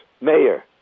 mayor